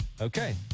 Okay